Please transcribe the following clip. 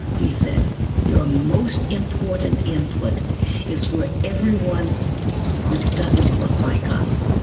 he said your most important input is for everyone who doesn't look like us,